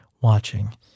watching